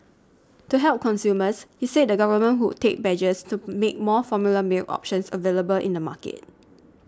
to help consumers he said the government would take measures to make more formula milk options available in the market